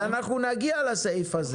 אנחנו נגיע לסעיף הזה.